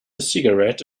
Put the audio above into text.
cigarette